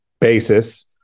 basis